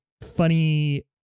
funny